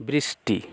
বৃষ্টি